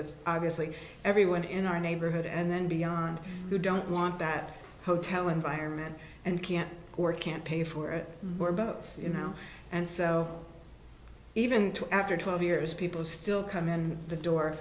it's obviously everyone in our neighborhood and then beyond who don't want that hotel environment and can't or can't pay for it or above you know and so even after twelve years people still come in the door